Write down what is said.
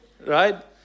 Right